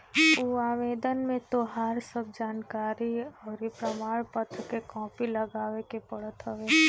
उ आवेदन में तोहार सब जानकरी अउरी प्रमाण पत्र के कॉपी लगावे के पड़त हवे